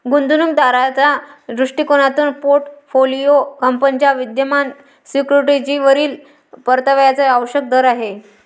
गुंतवणूक दाराच्या दृष्टिकोनातून पोर्टफोलिओ कंपनीच्या विद्यमान सिक्युरिटीजवरील परताव्याचा आवश्यक दर आहे